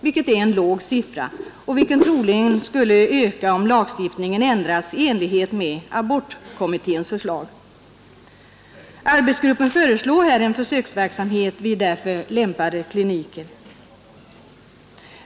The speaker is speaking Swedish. Det är en låg siffra, som troligen kommer att öka om lagstiftningen ändras i enlighet med abortkommitténs förslag. Arbetsgruppen föreslår här en försöksverksamhet vid därför lämpade kliniker.